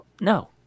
No